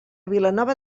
vilanova